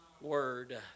word